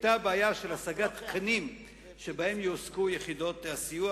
היתה בעיה של השגת תקנים שבהם יועסקו יחידות הסיוע,